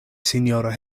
sinjorino